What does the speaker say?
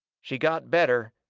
she got better,